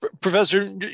Professor